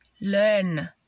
learn